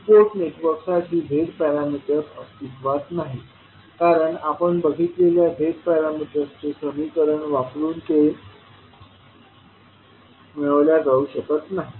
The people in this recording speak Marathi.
काही टू पोर्ट नेटवर्कसाठी Z पॅरामीटर्स अस्तित्त्वात नाहीत कारण आपण बघितलेल्या Z पॅरामीटरचे समीकरण वापरून ते मिळवल्या जाऊ शकत नाही